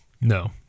No